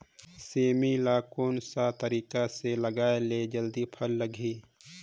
सेमी ला कोन सा तरीका से लगाय ले जल्दी फल लगही?